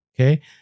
okay